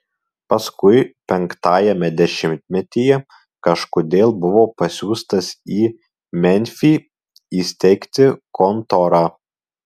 paskui penktajame dešimtmetyje kažkodėl buvo pasiųstas į memfį įsteigti kontorą